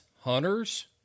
hunters